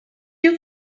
you